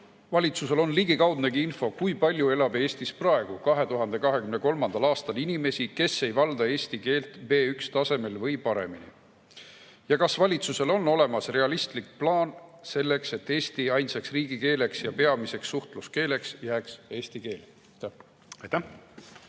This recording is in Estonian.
valitsusel on ligikaudnegi info, kui palju elab Eestis praegu, 2023. aastal inimesi, kes ei valda eesti keelt B1-tasemel või paremini. Ja kas valitsusel on olemas realistlik plaan selleks, et Eesti ainsaks riigikeeleks ja peamiseks suhtluskeeleks jääks eesti keel? Aitäh!